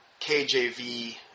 KJV